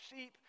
sheep